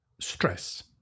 stress